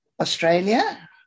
Australia